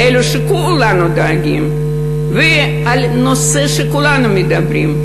לאלה שכולנו דואגים להם בנושא שכולנו מדברים עליו.